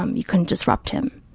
um you couldn't disrupt him.